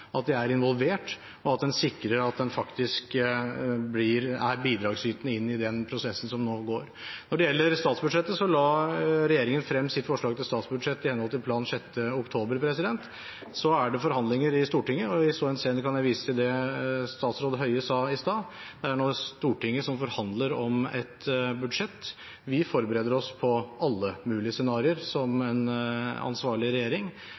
at en er involvert, at en sikrer at en faktisk er bidragsyter inn i den prosessen som nå foregår. Når det gjelder statsbudsjettet, la regjeringen frem sitt forslag til statsbudsjett i henhold til planen, den 6. oktober. Så er det forhandlinger i Stortinget. I så henseende kan jeg vise til det statsråd Høie sa i sted, at det nå er Stortinget som forhandler om et budsjett. Som en ansvarlig regjering forbereder vi oss på alle mulige scenarioer.